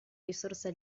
risorsa